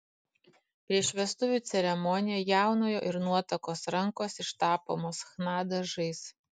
prieš vestuvių ceremoniją jaunojo ir nuotakos rankos ištapomos chna dažais